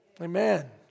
Amen